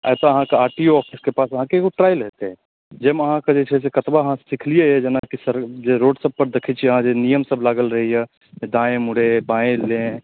आ एतऽ अहाँकेँ आर टी ओ ऑफिसरके पास अहाँकेँ एगो ट्रायल हेतै जाहिमे अहाँकेँ जे छै से कतबा अहाँ सीखलियै जेना की रोड सभ पर देखैत छियै अहाँ जे नियम सभ लागल रहैया दाँए मुड़े बाँए ले